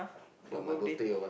your birthday